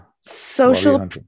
Social